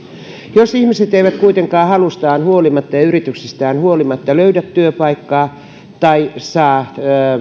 jos ihmiset eivät kuitenkaan halustaan huolimatta ja yrityksistään huolimatta löydä työpaikkaa tai saa